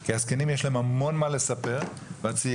כי לזקנים יש הרבה מאוד מה לספר והצעירים